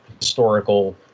historical